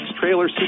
Trailer